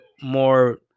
more